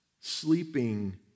sleeping